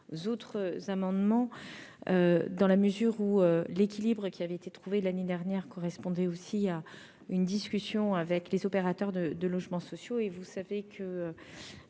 ...